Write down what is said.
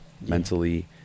mentally